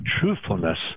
truthfulness